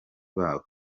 babo